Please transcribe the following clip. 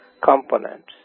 components